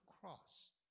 cross